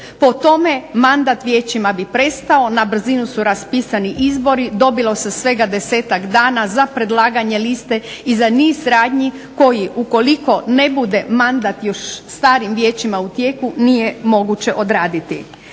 Po tome mandat vijećima bi prestao, na brzinu su raspisani izbori. Dobilo se svega desetak dana za predlaganje liste i za niz radnji koji ukoliko ne bude mandat još starim vijećima u tijeku nije moguće odraditi.